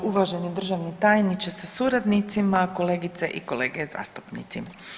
Uvaženi državni tajniče sa suradnicima, kolegice i kolege zastupnici.